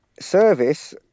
service